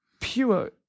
pure